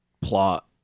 plot